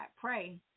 pray